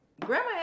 grandma